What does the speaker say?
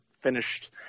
finished